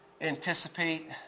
anticipate